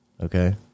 Okay